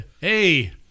Hey